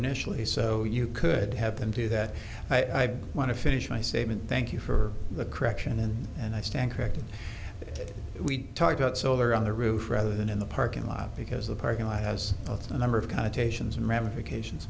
initially so you could have them do that i want to finish my statement thank you for the correction then and i stand corrected we talked about solar on the roof rather than in the parking lot because the parking lot has of the number of connotations and ramifications